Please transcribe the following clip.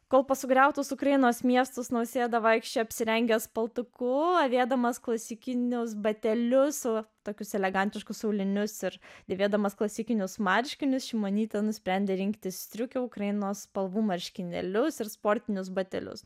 kol po sugriautus ukrainos miestus nausėda vaikščiojo apsirengęs paltuku avėdamas klasikinius batelius su tokius elegantiškus aulinius ir dėvėdamas klasikinius marškinius šimonytė nusprendė rinktis striukę ukrainos spalvų marškinėlius ir sportinius batelius